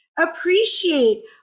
Appreciate